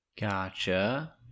gotcha